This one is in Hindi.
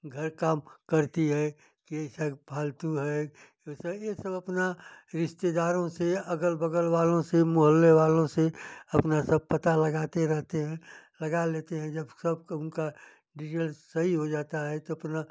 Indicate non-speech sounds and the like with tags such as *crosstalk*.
घर काम करती है कि सब फालतू है *unintelligible* ये सब अपना रिश्तेदारों से अगल बगल वालों से मोहल्ले वालों से अपना सब पता लगाते रहते हैं लगा लेते हैं जब सब उनका रिजल्ट सही हो जाता है तो अपना